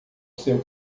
seu